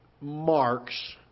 marks